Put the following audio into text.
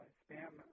spam